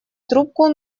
трубку